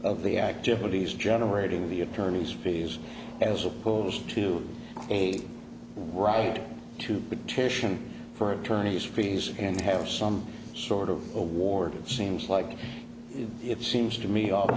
of the activities generating the attorney's fees as opposed to a right to petition for attorney's fees and have some sort of award it seems like it seems to me off the